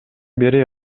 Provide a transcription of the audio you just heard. бери